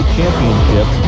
championship